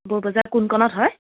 বৌ বজাৰ কোন কণত হয়